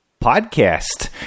podcast